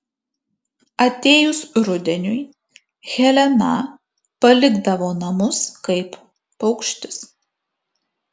atėjus rudeniui helena palikdavo namus kaip paukštis